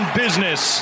business